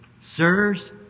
Sirs